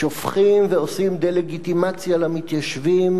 שופכים ועושים דה-לגיטימציה למתיישבים,